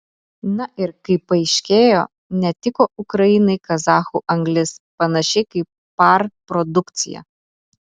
na ir kaip paaiškėjo netiko ukrainai kazachų anglis panašiai kaip par produkcija